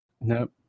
Nope